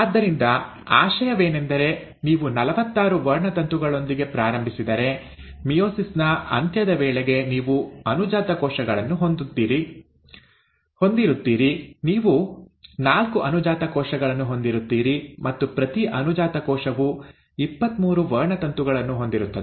ಆದ್ದರಿಂದ ಆಶಯವೇನೆಂದರೆ ನೀವು ನಲವತ್ತಾರು ವರ್ಣತಂತುಗಳೊಂದಿಗೆ ಪ್ರಾರಂಭಿಸಿದರೆ ಮಿಯೋಸಿಸ್ ನ ಅಂತ್ಯದ ವೇಳೆಗೆ ನೀವು ಅನುಜಾತ ಕೋಶಗಳನ್ನು ಹೊಂದಿರುತ್ತೀರಿ ನೀವು ನಾಲ್ಕು ಅನುಜಾತ ಕೋಶಗಳನ್ನು ಹೊಂದಿರುತ್ತೀರಿ ಮತ್ತು ಪ್ರತೀ ಅನುಜಾತ ಕೋಶವು ಇಪ್ಪತ್ಮೂರು ವರ್ಣತಂತುಗಳನ್ನು ಹೊಂದಿರುತ್ತದೆ